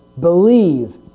Believe